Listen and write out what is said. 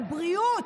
בבריאות.